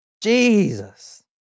Jesus